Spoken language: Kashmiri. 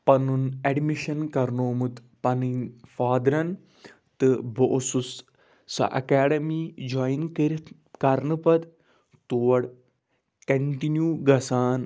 پَنُن اٮ۪ڈمِشَن کَرنومُت پَنٕنۍ فادرَن تہٕ بہٕ اوسُس سۄ اٮ۪کیڈمی جوین کٔرِتھ کَرنہٕ پَتہٕ تور کٮ۪نٹِنیوٗ گَژھان